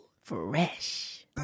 fresh